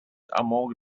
among